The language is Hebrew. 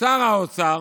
ושר האוצר,